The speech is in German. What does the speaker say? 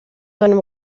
seinem